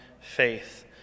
faith